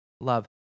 love